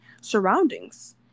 surroundings